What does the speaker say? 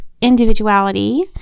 individuality